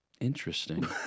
Interesting